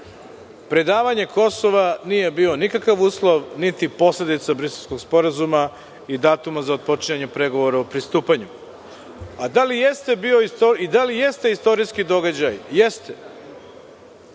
životu. Predavanje Kosova nije bio nikakav uslov, niti posledica Briselskog sporazuma i datuma za otpočinjanje pregovora o pristupanju. A da li jeste bio i da li jeste